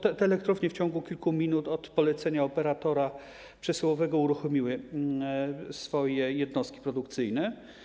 Te elektrownie w ciągu kilku minut od polecenia operatora przesyłowego uruchomiły swoje jednostki produkcyjne.